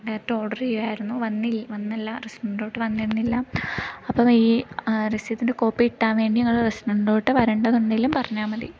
direct order ചെയ്തിരുന്നു വന്നി വന്നില്ല റെസ്റ്റോർൻ്റിലോട്ടു വന്നിരുന്നില്ല അപ്പം ഈ രസീതിൻ്റെ കോപ്പി കിട്ടാൻ വേണ്ടി ഞങ്ങൾ റെസ്റ്റോർൻ്റിലോട്ടു വരേണ്ടതുണ്ടെങ്കിലും പറഞ്ഞാൽ മതി